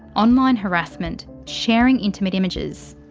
online harassment, sharing intimate images.